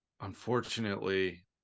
unfortunately